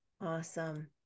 Awesome